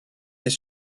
est